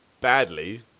badly